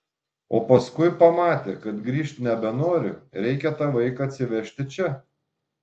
o paskui pamatė kad grįžt nebenori reikia tą vaiką atsivežti čia